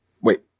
Wait